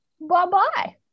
Bye-bye